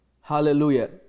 Hallelujah